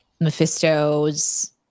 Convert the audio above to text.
Mephisto's